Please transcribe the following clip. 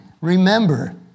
Remember